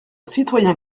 citoyen